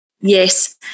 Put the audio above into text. Yes